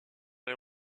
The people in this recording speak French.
les